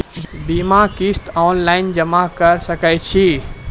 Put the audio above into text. बीमाक किस्त ऑनलाइन जमा कॅ सकै छी?